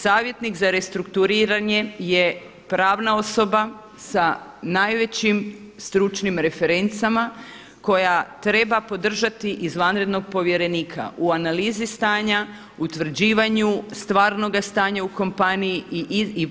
Savjetnik za restrukturiranje je pravna osoba sa najvećim stručnim referencama koja treba podržati izvanrednog povjerenika u analizi stanja, utvrđivanju stvarnoga stanja u kompaniji i